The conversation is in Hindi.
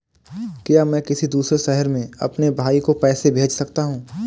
क्या मैं किसी दूसरे शहर में अपने भाई को पैसे भेज सकता हूँ?